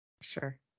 Sure